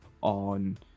on